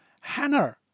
Hannah